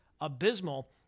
abysmal